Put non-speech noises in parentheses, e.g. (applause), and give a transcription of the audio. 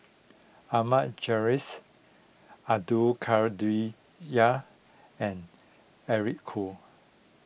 Ahmad Jais Abdul (unintelligible) and Eric Khoo